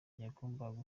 bagombaga